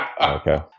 Okay